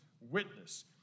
witness